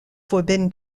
forbidden